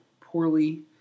poorly